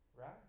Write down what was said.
Right